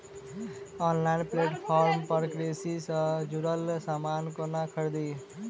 Online platform पर कृषि सँ जुड़ल समान कोना खरीदी?